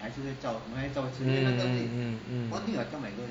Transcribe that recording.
mm mm mm mm